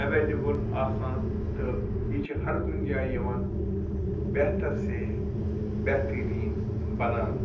available آسان تہٕ یہِ چھِ ہَر کُنہِ جایہِ یِوان بہتَر سے بہتریٖن بَناونہٕ